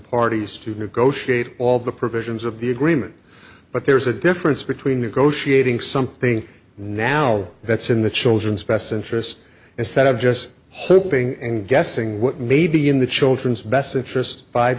parties to negotiate all the provisions of the agreement but there's a difference between negotiating something now that's in the children's best interest instead of just hoping and guessing what may be in the children's best interest five